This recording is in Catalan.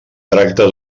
tracta